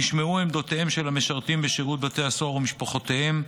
נשמעו עמדותיהם של המשרתים בשירות בתי הסוהר ומשפחותיהם,